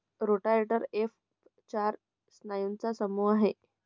rotator cuff चार स्नायूंचा समूह आहे